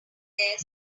there